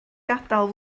gadael